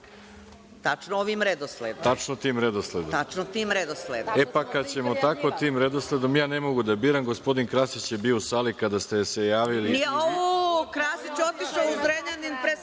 **Veroljub Arsić** E, pa, kad ćemo tako, tim redosledom, ja ne mogu da biram. Gospodin Krasić je bio u sali kada ste se javili.